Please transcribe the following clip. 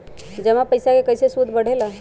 जमा पईसा के कइसे सूद बढे ला?